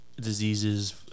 diseases